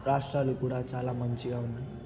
రాష్ట్రాలు కూడా చాలా మంచిగా ఉన్నాయి